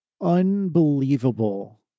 unbelievable